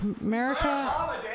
America